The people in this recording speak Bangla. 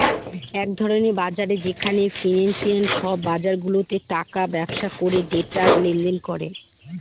এক ধরনের বাজার যেখানে ফিন্যান্সে সব বাজারগুলাতে টাকার ব্যবসা করে ডেটা লেনদেন করে